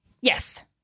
Yes